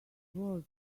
world